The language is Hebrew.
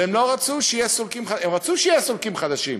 והם לא רצו שיהיו סולקים חדשים,